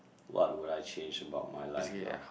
what would I change about my life now